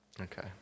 Okay